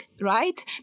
right